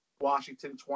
Washington